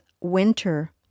winter